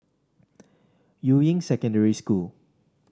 Yuying Secondary School